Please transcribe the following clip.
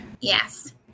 Yes